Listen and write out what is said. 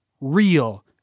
real